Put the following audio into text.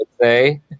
say